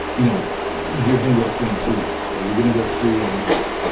you know you're going to go free in two weeks, or, you're going to go free in a month.